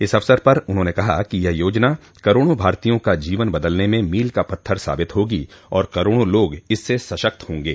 इस अवसर पर उन्होंने कहा कि यह योजना करोड़ों भारतीयों का जीवन बदलने में मील का पत्थर साबित होगी और करोड़ों लोग इससे सशक्त होंगे